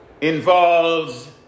involves